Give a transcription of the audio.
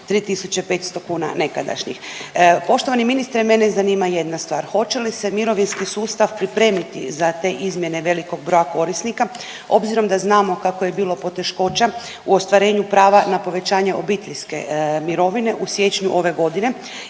3.500 kuna nekadašnjih. Poštovani ministre mene zanima jedna stvar, hoće li se mirovinski sustav pripremiti za te izmjene velikog broja korisnika obzirom da znamo kako je bilo poteškoća u ostvarenju prava na povećanje obiteljske mirovine u siječnju ove godine